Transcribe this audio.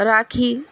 rakhi